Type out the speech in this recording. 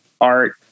art